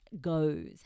goes